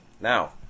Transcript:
Now